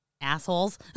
assholes